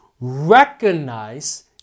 recognize